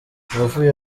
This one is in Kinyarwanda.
navuye